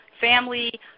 family